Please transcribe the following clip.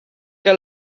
que